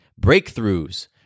breakthroughs